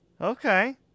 Okay